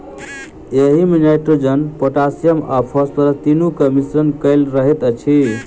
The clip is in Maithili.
एहिमे नाइट्रोजन, पोटासियम आ फास्फोरस तीनूक मिश्रण कएल रहैत अछि